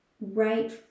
right